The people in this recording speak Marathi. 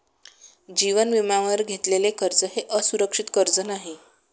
जीवन विम्यावर घेतलेले कर्ज हे असुरक्षित कर्ज नाही